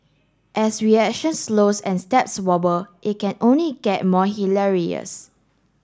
as reactions slow and steps wobble it can only get more hilarious